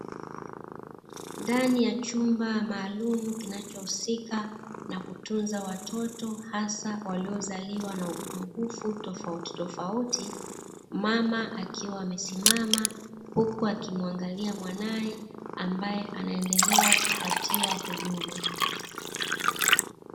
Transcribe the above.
Ndani ya chumba maalumu kinachohusika na kutunza watoto, hasa waliozaliwa na upungufu tofautitofauti, mama akiwa amesimama huku akimwangalia mwanaye anayendelea kupatiwa huduma.